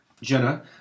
Jenna